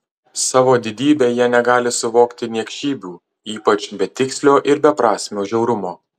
savo didybe jie negali suvokti niekšybių ypač betikslio ir beprasmio žiaurumo